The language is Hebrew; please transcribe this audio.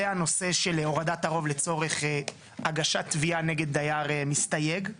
זה הנושא של הורדת הרוב לצורך הגשת תביעה נגד דייר מסתייג.